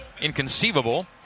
inconceivable